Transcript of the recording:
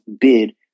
bid